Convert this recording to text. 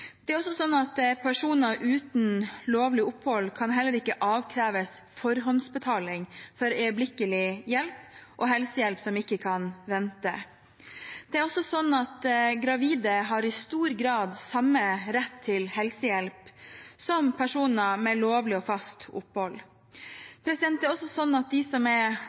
Personer uten lovlig opphold kan ikke avkreves forhåndsbetaling for øyeblikkelig hjelp og helsehjelp som ikke kan vente. Gravide har i stor grad samme rett til helsehjelp som personer med lovlig og fast opphold. De som er alvorlig psykisk syke, og som utgjør en fare for seg selv og andre, har også rett til helsehjelp, også når de